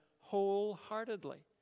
wholeheartedly